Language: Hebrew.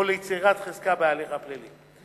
או ליצירת חזקה בהליך פלילי.